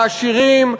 העשירים,